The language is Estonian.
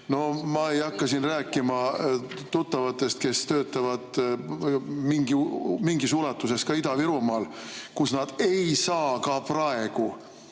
No ma ei hakka siin rääkima tuttavatest, kes töötavad mingis ulatuses ka Ida-Virumaal, kus nad ei saa ka praegu